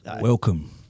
welcome